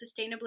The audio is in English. sustainably